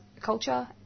culture